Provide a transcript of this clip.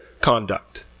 conduct